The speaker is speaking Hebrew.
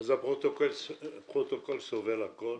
הפרוטוקול סובל הכול,